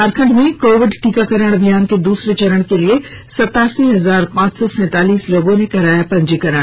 झारखंड में कोविड टीकाकरण अभियान के दूसरे चरण के लिए सतासी हजार पांच सौ सैंतालीस लोगों ने कराया पंजीकरण